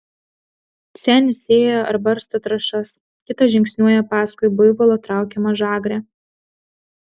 senis sėja ar barsto trąšas kitas žingsniuoja paskui buivolo traukiamą žagrę